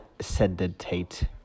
sedate